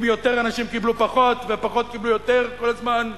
אם יותר אנשים קיבלו פחות ופחות קיבלו יותר כל הזמן,